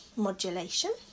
modulation